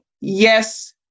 yes